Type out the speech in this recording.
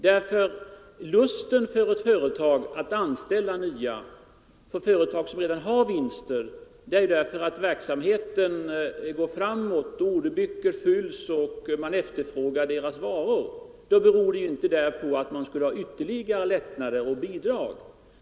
Ett vinstgivande företags lust att anställa ny arbetskraft beror på att verksamheten går framåt, att orderböckerna fylls, att företagets varor efterfrågas, den lusten beror inte på ytterligare lättnader och bidrag.